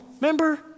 remember